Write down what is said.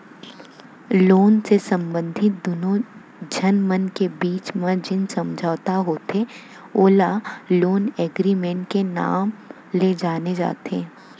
loan ले संबंधित दुनो झन मन के बीच म जेन समझौता होथे ओला लोन एगरिमेंट के नांव ले जाने जाथे